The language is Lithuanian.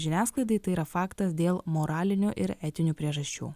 žiniasklaidai tai yra faktas dėl moralinių ir etinių priežasčių